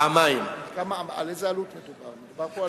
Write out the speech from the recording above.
פעמיים, על איזו עלות מדובר פה?